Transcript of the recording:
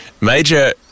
Major